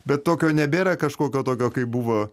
be tokio nebėra kažkokio tokio kaip buvo